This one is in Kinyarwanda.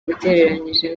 ugereranyije